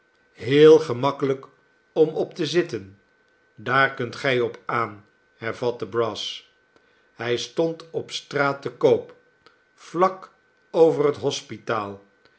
heel gemakkelijk om op te zitten daar kunt gij op aan hervatte brass hij stond op straat te koop vlak over het hospitaal